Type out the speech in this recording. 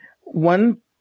one